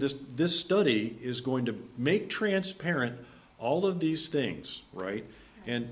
to this study is going to make transparent all of these things right and